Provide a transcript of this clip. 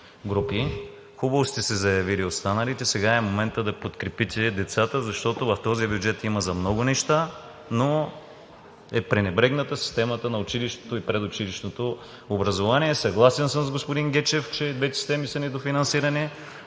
групи. Хубаво сте се заявили останалите. Сега е моментът да подкрепите децата, защото в този бюджет има много неща, но е пренебрегната системата на училището и предучилищното образование. Съгласен съм с господин Гечев, че двете системи са недофинансирани.